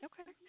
Okay